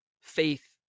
faith